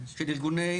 של ארגוני